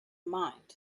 mind